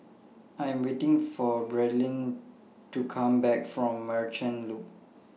I Am waiting For Bradyn to Come Back from Merchant Loop